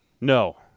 No